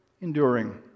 enduring